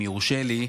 אם יורשה לי,